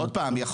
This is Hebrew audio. עוד פעם,